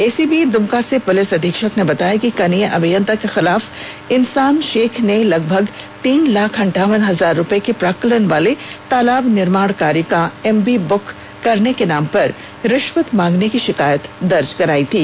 ACB Dumka के प्रलिस अधीक्षक ने बताया कि कनीय अभियता के खिलाफ इनसान शेख ने लगभग तीन लाख अंठावन हजार रुपए के प्राक्कलन वाले तालाब निर्माण कार्य का एमबी बुक करने के नाम पर रिश्वत मांगने की शिकायत दर्ज कराई थी